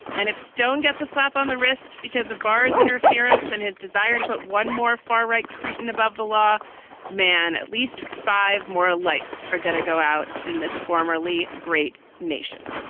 and if stone gets a slap on the wrist because of barzeh interference and his desire to put one more far-right creten above the law man, at least five more lights are going to go out in this formerly great nation.